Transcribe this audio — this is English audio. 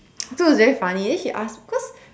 so it's very funny then she asked cause